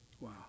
Wow